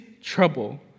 trouble